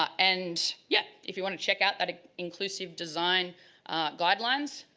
and yeah if you want to check out that ah inclusive design guidelines,